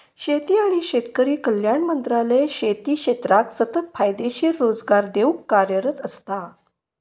शेती आणि शेतकरी कल्याण मंत्रालय शेती क्षेत्राक सतत फायदेशीर रोजगार देऊक कार्यरत असता